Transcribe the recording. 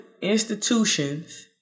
institutions